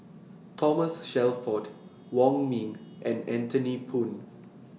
Thomas Shelford Wong Ming and Anthony Poon